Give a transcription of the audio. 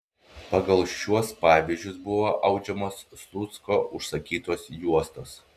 pagal šiuos pavyzdžius buvo audžiamos slucko užsakytos juostos